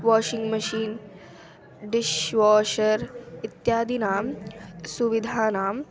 washing machine dishwasher इत्यादिनां सुविधानाम्